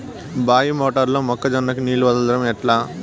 బాయి మోటారు లో మొక్క జొన్నకు నీళ్లు వదలడం ఎట్లా?